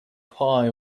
pie